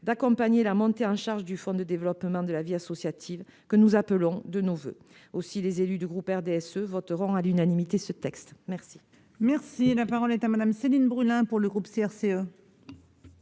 d'accompagner la montée en charge du Fonds de développement de la vie associative que nous appelons de nos voeux. Aussi, les élus du groupe RDSE voteront à l'unanimité ce texte. La parole est à Mme Céline Brulin, pour le groupe